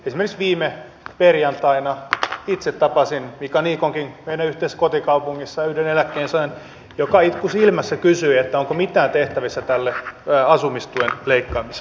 esimerkiksi viime perjantaina itse tapasin omassa ja mika niikonkin yhteisessä kotikaupungissa yhden eläkkeensaajan joka itku silmässä kysyi onko mitään tehtävissä tälle asumistuen leikkaamiselle